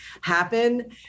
happen